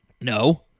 No